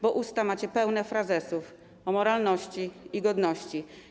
Bo usta macie pełne frazesów o moralności i godności.